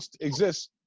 exists